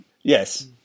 Yes